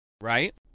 right